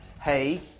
hey